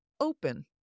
open